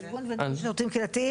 ארגון וניהול שירותים קהילתיים.